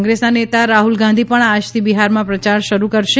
કોંગ્રેસના નેતા રાહુલ ગાંધી પણ આજથી બિહારમાં પ્રચાર શરૃ કરશે